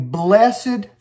blessed